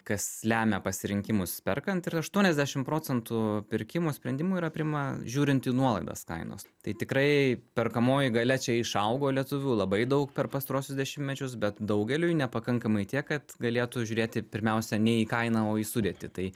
kas lemia pasirinkimus perkant ir aštuoniasdešim procentų pirkimų sprendimų yra prima žiūrint į nuolaidas kainos tai tikrai perkamoji galia čia išaugo lietuvių labai daug per pastaruosius dešimtmečius bet daugeliui nepakankamai tiek kad galėtų žiūrėti pirmiausia ne į kainą o į sudėtį tai